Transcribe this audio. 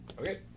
Okay